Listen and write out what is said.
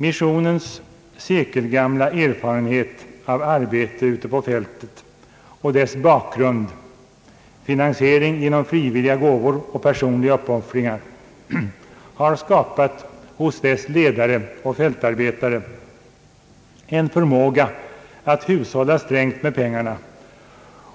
Missionens sekelgamla erfarenhet av arbete ute på fältet och dess bakgrund, finansiering genom frivilliga gåvor och personliga uppoffringar, har skapat hos dess ledare och fältarbetare en förmåga att hushålla strängt med pengarna